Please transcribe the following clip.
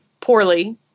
poorly